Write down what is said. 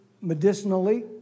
medicinally